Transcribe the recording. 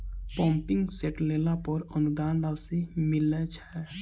Pumping set लेला पर अनुदान राशि मिलय छैय?